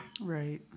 right